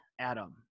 Adam